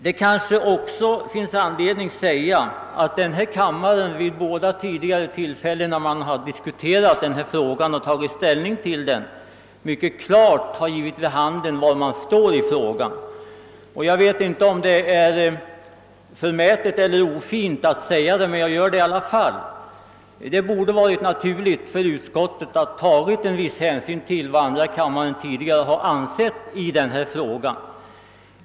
Det finns kanske också anledning att påpeka, att denna kammare vid de båda tidigare tillfällen då man tagit ställning till denna fråga mycket klart givit vid handen var den står. Jag vet inte om det är förmätet eller ofint av mig att säga detta, men jag gör det i alla fall: det borde ha varit naturligt för utskottet att ta en viss hänsyn till vad andra kammaren tidigare ansett i denna fråga.